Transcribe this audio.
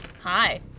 Hi